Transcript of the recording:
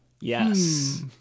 Yes